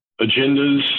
agendas